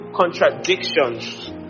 contradictions